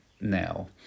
now